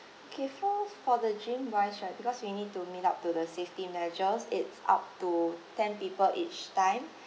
okay first for the gym wise right because we need to meet up to the safety measures its up to ten people each time